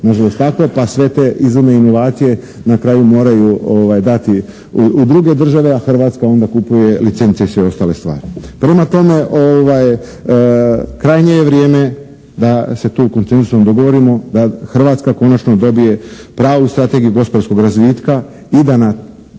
pa sve te izume inovacije na kraju moraju dati u druge države a Hrvatska onda kupuje licencije i sve ostale stvari. Prema tome, krajnje je vrijeme da se tu konseszusom dogovorimo da Hrvatska konačno dobije pravu strategiju gospodarskog razvitka i da na